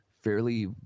fairly